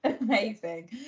Amazing